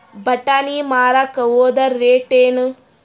ಬಟಾನಿ ಮಾರಾಕ್ ಹೋದರ ರೇಟೇನು?